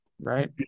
Right